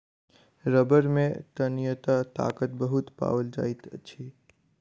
रबड़ में तन्यता ताकत बहुत पाओल जाइत अछि